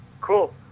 Cool